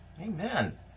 Amen